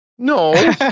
No